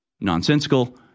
nonsensical